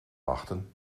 wachten